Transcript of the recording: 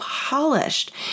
polished